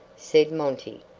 said monty,